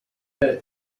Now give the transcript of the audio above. les